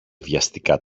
βιαστικά